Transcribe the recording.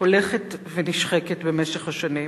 הולכת ונשחקת במשך השנים